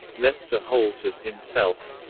lester holt as himself